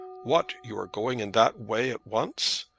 what, you are going in that way at once?